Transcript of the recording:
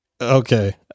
okay